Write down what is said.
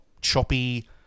choppy